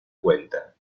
cuenta